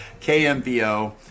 KMBO